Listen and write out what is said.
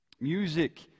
Music